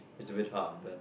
it's a bit hard then